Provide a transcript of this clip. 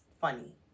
funny